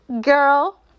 girl